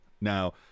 Now